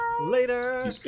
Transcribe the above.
Later